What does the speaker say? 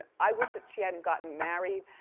i wish that she hadn't gotten married,